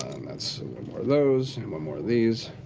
that's one more of those and one more of these.